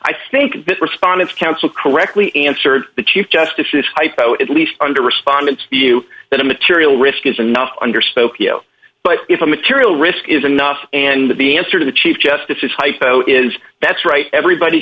the respondents counsel correctly answered the chief justices hypo at least under respondent you that a material risk is enough under spokeo but if a material risk is enough and the answer to the chief justice is hypo is that's right everybody